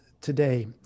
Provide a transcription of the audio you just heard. today